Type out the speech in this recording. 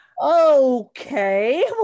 okay